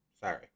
sorry